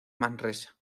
manresa